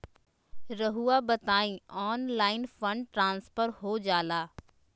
रहुआ बताइए online fund transfer हो जाला?